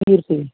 ਵੀਹ ਰੁਪਏ